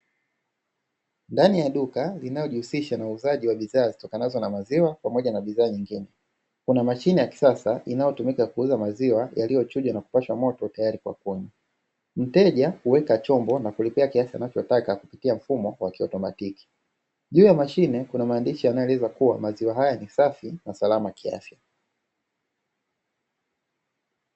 Ndani ya duka linayojihusisha na uuzaji wa bidhaa zitokanazo na maziwa, pamoja na bidhaa nyingine. Kuna mashine ya kisasa inayotumika kuuza maziwa yaliyochujwa na kupashwa moto tayari kwa kunywa. Mteja huweka chombo na kulipia kiasi anachotaka, akitumia mfumo kwa kiotomatiki. Juu ya mashine kuna maandishi yanayoeleza kuwa maziwa haya ni safi na salama kiafya.